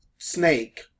snake